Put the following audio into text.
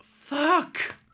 Fuck